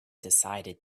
decided